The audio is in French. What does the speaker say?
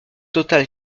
total